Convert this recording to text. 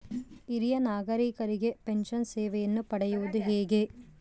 ಹಿರಿಯ ನಾಗರಿಕರಿಗೆ ಪೆನ್ಷನ್ ಸೇವೆಯನ್ನು ಪಡೆಯುವುದು ಹೇಗೆ?